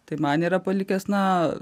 tai man yra palikęs na